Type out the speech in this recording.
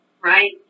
right